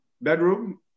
bedroom